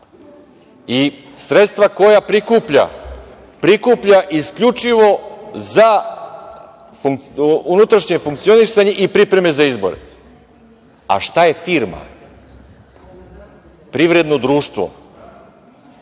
i sredstva koja prikuplja, prikuplja isključivo za unutrašnje funkcionisanje i pripreme za izbore. Šta je firma? Firma je privredno društvo